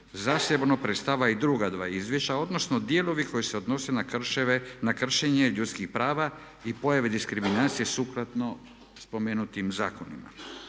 zasebno predstavlja i druga dva izvješća odnosno dijelovi koji se odnose na kršenje ljudskih prava i pojave diskriminacije sukladno spomenutim zakonima.